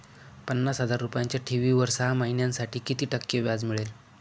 पन्नास हजार रुपयांच्या ठेवीवर सहा महिन्यांसाठी किती टक्के व्याज मिळेल?